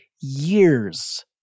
years